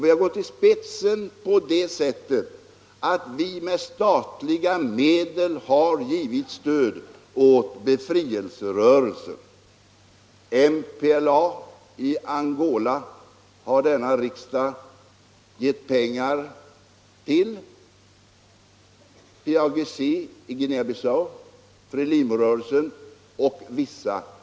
Vi har gått i spetsen för denna kamp genom att med statliga medel stödja befrielserörelser. Denna riksdag har fattat beslut om att stödja bl.a. MPLA i Angola, PAIGC i Guinea-Bissau och Frelimo-rörelsen i Mocambique.